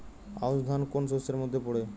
আউশ ধান কোন শস্যের মধ্যে পড়ে?